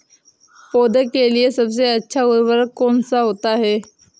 पौधे के लिए सबसे अच्छा उर्वरक कौन सा होता है?